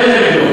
אתם נגדו,